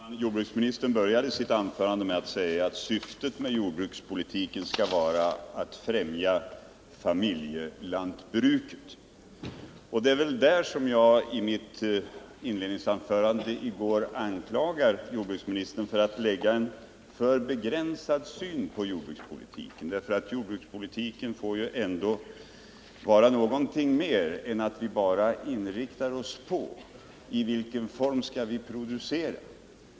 Herr talman! Jordbruksministern började sitt anförande med att säga att syftet med jordbrukspolitiken skall vara att främja familjelantbruket. Och det var därför som jag i mitt inledningsanförande i går anklagade jordbruksministern för att anlägga en för begränsad syn på jordbrukspolitiken. Jordbrukspolitiken måste ju innebära någonting mer än att vi bara inriktar oss på frågan om i vilken form vi skall producera.